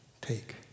take